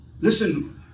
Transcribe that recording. Listen